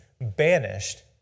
banished